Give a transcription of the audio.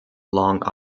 long